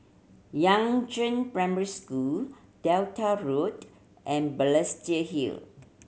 Yangzheng Primary School Delta Road and Balestier Hill